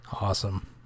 Awesome